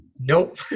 Nope